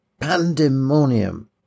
Pandemonium